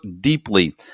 deeply